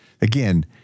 again